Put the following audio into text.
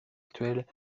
actuelles